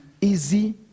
easy